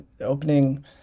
Opening